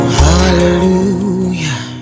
hallelujah